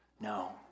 No